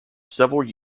several